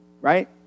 right